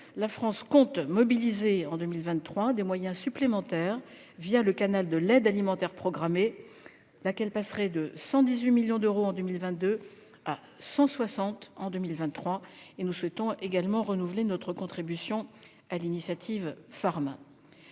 la France compte mobiliser en 2023 des moyens supplémentaires, le canal de l'aide alimentaire programmée, laquelle passerait de 118 millions d'euros en 2022 à 160 millions d'euros en 2023. Nous souhaitons également renouveler notre contribution à l'initiative (Farm).